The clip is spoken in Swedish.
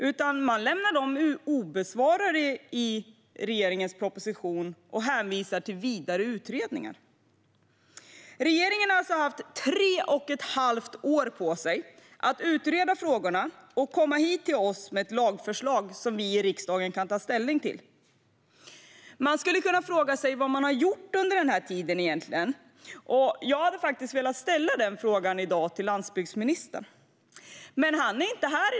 Regeringen lämnar dessa frågor obesvarade i sin proposition och hänvisar till vidare utredningar. Regeringen har alltså haft tre och ett halvt år på sig att utreda frågorna och komma hit till oss med ett lagförslag som vi i riksdagen kan ta ställning till. Man skulle kunna fråga sig vad regeringen egentligen har gjort under den här tiden, och jag hade velat ställa den frågan till landsbygdsministern i dag. Men han är inte här.